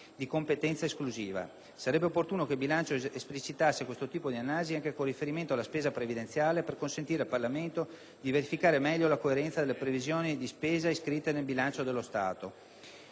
di competenza esclusiva. Sarebbe opportuno che il bilancio esplicitasse questo tipo di analisi anche con riferimento alla spesa previdenziale per consentire al Parlamento di verificare meglio la coerenza delle previsioni di spesa iscritte nel bilancio dello Stato.